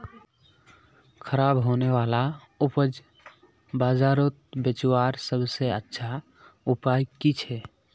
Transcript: ख़राब होने वाला उपज बजारोत बेचावार सबसे अच्छा उपाय कि छे?